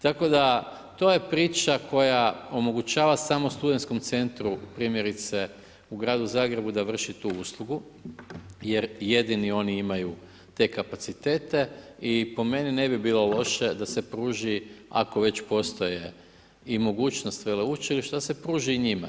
Tako da to je priča koja omogućava samo SC-u primjerice u gradu Zagrebu da vrši tu uslugu jer jedini oni imaju te kapacitete i po meni ne bilo loše da se pruži ako već postoje i mogućnost veleučilišta, da se pruži i njima.